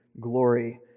glory